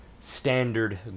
standard